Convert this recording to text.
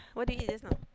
what did you eat just now